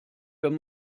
wenn